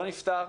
לא נפתר.